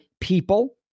people